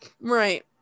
Right